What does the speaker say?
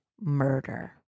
murder